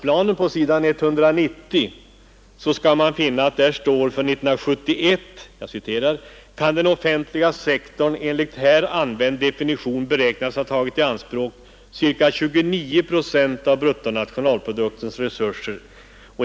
På s. 190 i finansplanen står det: ”För 1971 kan den offentliga sektorn enligt här använd definition beräknas ha tagit i anspråk ca 29 96 av bruttonationalproduktens resurser.